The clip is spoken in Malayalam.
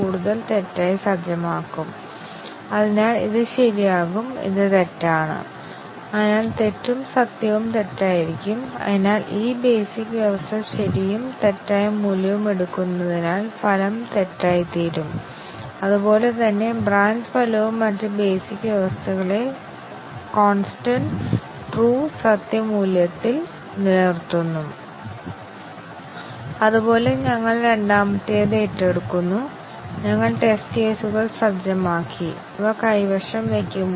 അതുപോലെ കണ്ടീഷണൽ എക്സ്പ്രെഷൻ a 30 അല്ലെങ്കിൽ b50 ആണെങ്കിൽ ഇവിടെ മറ്റൊന്ന് ശരിയാണെന്ന് വിലയിരുത്തുന്നിടത്തോളം മറ്റൊന്ന് പരിശോധിച്ചിട്ടില്ലെങ്കിൽ ചില കംപൈലർ ഇടത് വശത്ത് നിന്ന് വിലയിരുത്താം ആദ്യത്തേത് ശരിയാണെന്ന് വിലയിരുത്തുന്നുവെന്ന് അവർ കണ്ടെത്തിയാൽ ആദ്യത്തെ ആറ്റോമിക് അവസ്ഥ ട്രൂവിനെ വിലയിരുത്തുന്നു